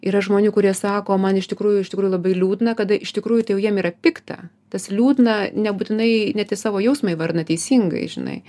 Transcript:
yra žmonių kurie sako man iš tikrųjų iš tikrųjų labai liūdna kada iš tikrųjų tai jau jiem yra pikta tas liūdna nebūtinai net į savo jausmą įvardina teisingai žinai